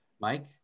Mike